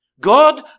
God